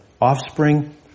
offspring